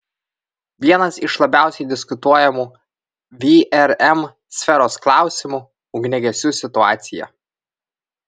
vienas iš labiausiai diskutuojamų vrm sferos klausimų ugniagesių situacija